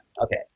Okay